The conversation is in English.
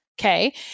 Okay